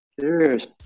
Cheers